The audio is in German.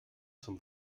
zum